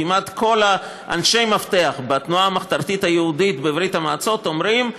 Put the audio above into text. כמעט כל אנשי המפתח בתנועה המחתרתית היהודית בברית המועצות אומרים: